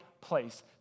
place